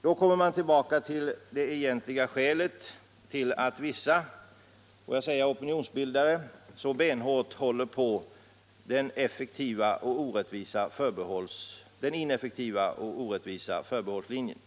Då kommer man tillbaka till det egentliga skälet till att vissa — får jag säga opinionsbildare — så benhårt håller på den ineffektiva och orättvisa förbehållslinjen.